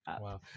Wow